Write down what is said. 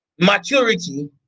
maturity